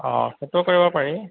অঁ সেইটো কৰিব পাৰি